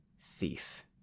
Thief